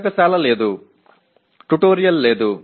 ప్రయోగశాల లేదు ట్యుటోరియల్ లేదు